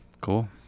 cool